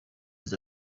les